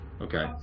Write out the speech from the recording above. okay